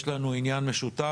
יש לנו פה עניין משותף,